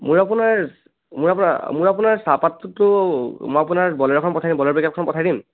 মোৰ আপোনাৰ মোৰ আপো মোৰ আপোনাৰ চাহপাতটোতো মই আপোনাৰ বলেৰ'খন পঠাই দিম বলেৰ' পিকআপখন পঠাই দিম